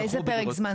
באיזה פרק זמן?